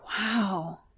Wow